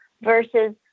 versus